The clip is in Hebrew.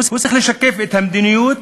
הוא צריך לשקף את המדיניות,